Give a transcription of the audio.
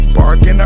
Barking